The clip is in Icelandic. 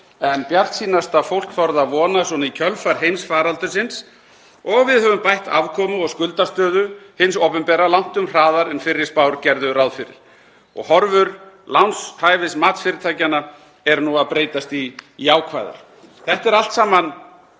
en bjartsýnasta fólk þorði að vona í kjölfar heimsfaraldursins og við höfum bætt afkomu og skuldastöðu hins opinbera langtum hraðar en fyrri spár gerðu ráð fyrir. Horfur lánshæfismatsfyrirtækjanna eru nú að breytast í jákvæðar. Þetta eru allt saman